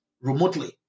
remotely